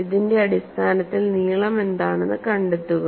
അതിന്റെ അടിസ്ഥാനത്തിൽ നീളം എന്താണെന്ന് കണ്ടെത്തുക